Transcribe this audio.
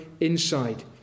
inside